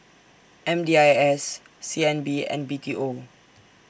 M D I S C N B and B T O